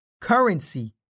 Currency